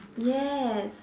yes